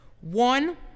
One